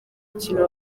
mukino